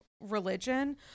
religion